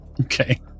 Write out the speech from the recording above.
Okay